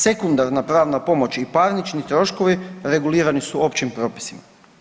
Sekundarna pravna pomoć i parnični troškovi regulirani su općim propisima.